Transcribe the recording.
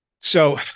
So-